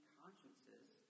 consciences